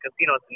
casinos